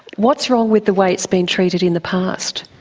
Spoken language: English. what's wrong with the way it's been treated in the past?